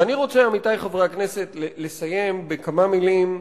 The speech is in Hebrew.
ואני רוצה, עמיתי חברי הכנסת, לסיים, בכמה מלים,